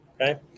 okay